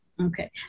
Okay